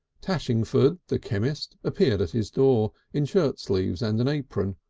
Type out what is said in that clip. tashingford, the chemist, appeared at his door, in shirt sleeves and an apron,